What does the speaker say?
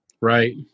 Right